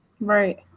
Right